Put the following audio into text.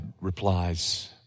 replies